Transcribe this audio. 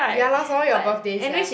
ya lor some more your birthday sia